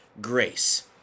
grace